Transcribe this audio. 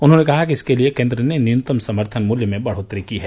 उन्होंने कहा कि इसके लिए केन्द्र ने न्यूनतम समर्थन मूल्य में बढ़ोतरी की है